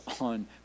on